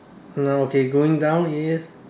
now okay going down is